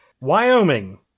Wyoming